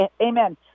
Amen